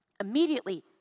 Immediately